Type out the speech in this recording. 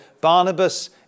Barnabas